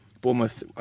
Bournemouth